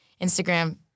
Instagram